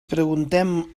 preguntem